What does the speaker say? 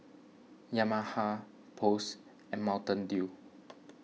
Yamaha Post and Mountain Dew